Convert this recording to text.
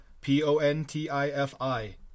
P-O-N-T-I-F-I